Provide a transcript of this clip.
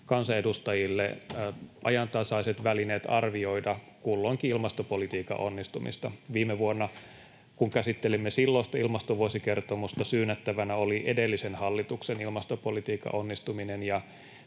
kansanedustajille ajantasaiset välineet arvioida kulloinkin ilmastopolitiikan onnistumista. Viime vuonna, kun käsittelimme silloista ilmastovuosikertomusta, syynättävänä oli edellisen hallituksen ilmastopolitiikan onnistuminen. Ja